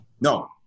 No